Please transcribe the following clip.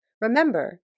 Remember